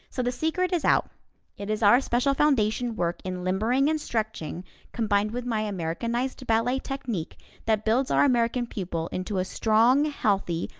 so the secret is out it is our special foundation work in limbering and stretching combined with my americanized ballet technique that builds our american pupil into a strong, healthy,